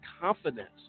confidence